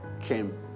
came